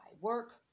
work